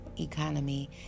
economy